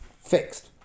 fixed